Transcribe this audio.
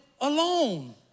alone